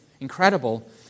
incredible